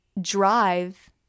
drive